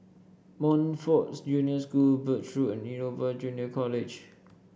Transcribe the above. Montfort Junior School Birch Road and Innova Junior College